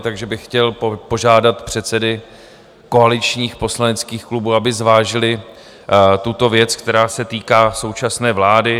Takže bych chtěl požádat předsedy koaličních poslaneckých klubů, aby zvážili tuto věc, která se týká současné vlády.